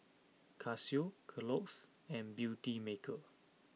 Casio Kellogg's and Beautymaker